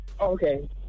okay